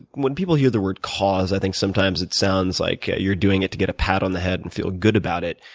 when people hear the word cause, i think sometimes it sounds like you're doing it to get a pat on the head and feel good about it.